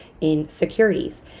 insecurities